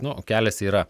nu kelias yra